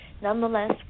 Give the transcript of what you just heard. Nonetheless